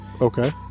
Okay